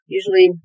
Usually